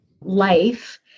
life